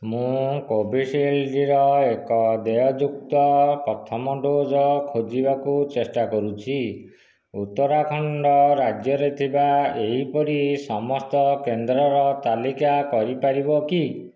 ମୁଁ କୋଭିଶିଲ୍ଡ୍ର ଏକ ଦେୟଯୁକ୍ତ ପ୍ରଥମ ଡୋଜ୍ ଖୋଜିବାକୁ ଚେଷ୍ଟା କରୁଛି ଉତ୍ତରାଖଣ୍ଡ ରାଜ୍ୟରେ ଥିବା ଏହିପରି ସମସ୍ତ କେନ୍ଦ୍ରର ତାଲିକା କରିପାରିବ କି